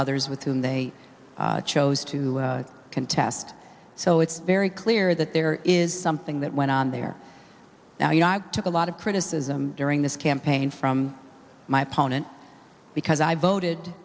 others with whom they chose to contest so it's very clear that there is something that went on there now you know i took a lot of criticism during this campaign from my opponent because i voted